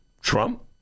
Trump